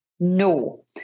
No